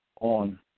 on